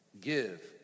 give